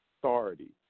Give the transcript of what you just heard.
authority